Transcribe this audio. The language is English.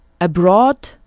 abroad